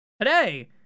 today